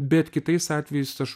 bet kitais atvejais aš